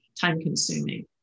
time-consuming